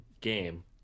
game